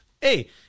Hey